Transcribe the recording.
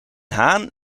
haan